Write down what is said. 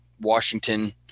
Washington